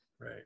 right